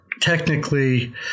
technically